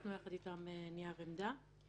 ניסחנו יחד איתם נייר עמדה.